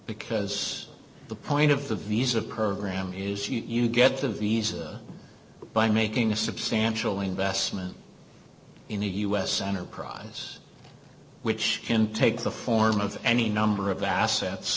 because the point of the visa program is you get the visa by making a substantial investment in a u s center process which can take the form of any number of assets